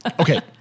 Okay